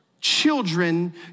children